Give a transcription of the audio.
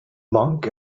monk